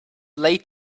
late